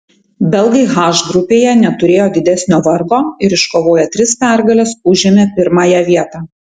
belgai h grupėje neturėjo didesnio vargo ir iškovoję tris pergales užėmė pirmąją vietą